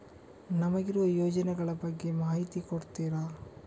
ನಮಗಿರುವ ಯೋಜನೆಗಳ ಬಗ್ಗೆ ಮಾಹಿತಿ ಕೊಡ್ತೀರಾ?